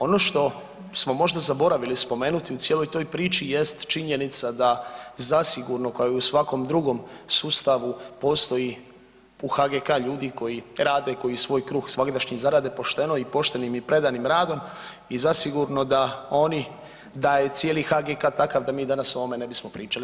Ono što smo možda zaboravili spomenuti u cijeloj toj priči jest činjenica da zasigurno kao i u svakom drugom sustavu postoji u HGK ljudi koji rade, koji svoj kruh svagdašnji zarade pošteno i poštenim i predanim radom i zasigurno da oni da je cijeli HGK takav da mi danas o ovome ne bismo pričali.